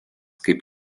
kaip